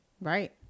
Right